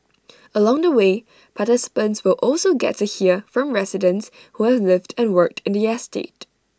along the way participants will also get to hear from residents who have lived and worked in the estate